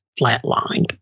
flatlined